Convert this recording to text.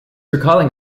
recalling